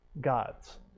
gods